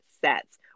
sets